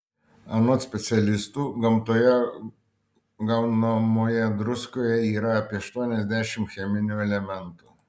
anot specialistų gamtoje gaunamoje druskoje yra apie aštuoniasdešimt cheminių elementų